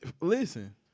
listen